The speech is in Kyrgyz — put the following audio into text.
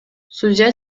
судья